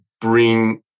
bring